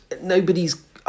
nobody's